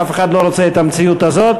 אף אחד לא רוצה את המציאות הזאת.